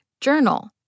journal